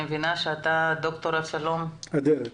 ד"ר אבשלום אדרת,